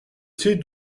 sais